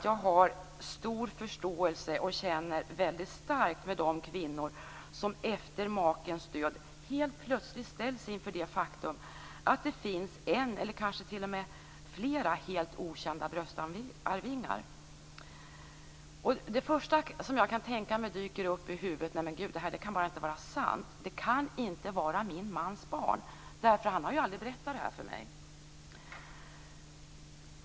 Jag har stor förståelse och känner starkt med de kvinnor som efter makens död helt plötsligt ställs inför det faktum att det finns en eller flera helt okända bröstarvingar. Det första som dyker upp i huvudet är: "Men Gud, det kan bara inte vara sant! Det kan inte vara min mans barn, han har ju aldrig berättat det för mig."